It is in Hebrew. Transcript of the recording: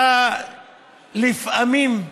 אתה לפעמים,